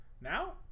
Now